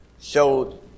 showed